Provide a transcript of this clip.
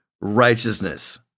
righteousness